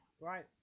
Right